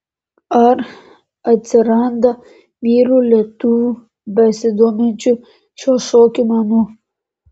ar atsiranda vyrų lietuvių besidominčių šiuo šokio menu